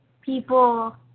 people –